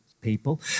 people